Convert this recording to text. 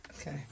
Okay